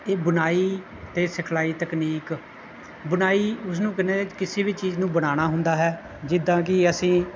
ਇਹ ਬੁਣਾਈ ਅਤੇ ਸਿਖਲਾਈ ਤਕਨੀਕ ਬੁਣਾਈ ਉਸ ਨੂੰ ਕਹਿੰਦੇ ਨੇ ਕਿਸੇ ਵੀ ਚੀਜ਼ ਨੂੰ ਬਣਾਉਣਾ ਹੁੰਦਾ ਹੈ ਜਿੱਦਾਂ ਕਿ ਅਸੀਂ